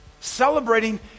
Celebrating